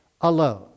alone